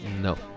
No